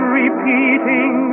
repeating